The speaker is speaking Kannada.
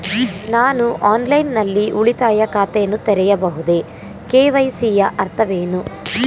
ನಾನು ಆನ್ಲೈನ್ ನಲ್ಲಿ ಉಳಿತಾಯ ಖಾತೆಯನ್ನು ತೆರೆಯಬಹುದೇ? ಕೆ.ವೈ.ಸಿ ಯ ಅರ್ಥವೇನು?